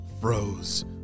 froze